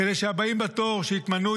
כדי שהבאים בתור שיתמנו,